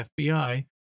FBI